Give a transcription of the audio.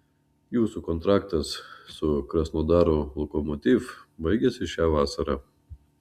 jūsų kontraktas su krasnodaro lokomotiv baigiasi šią vasarą